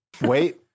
Wait